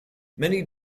many